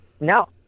No